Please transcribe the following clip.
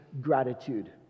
Gratitude